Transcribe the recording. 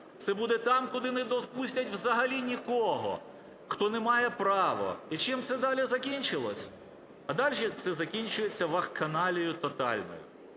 це буде там, куди не допустять взагалі нікого, хто не має право. І чим це далі закінчилося? А далі це закінчується вакханалією тотальною.